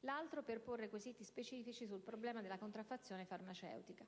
l'altro per porre quesiti specifici sul problema della contraffazione farmaceutica.